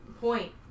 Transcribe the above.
point